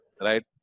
right